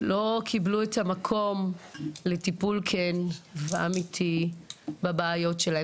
לא קיבלו את המקום לטיפול כן ואמיתי בבעיות שלהם.